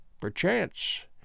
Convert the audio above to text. PERCHANCE